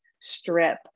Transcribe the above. strip